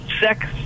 sex